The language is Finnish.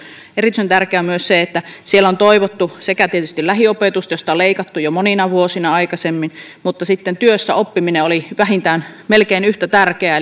erityisen tärkeää on myös se että siellä on tietysti toivottu lähiopetusta josta on leikattu jo monina vuosina aikaisemmin mutta työssäoppiminen oli melkein yhtä tärkeää